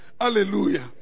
Hallelujah